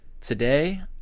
Today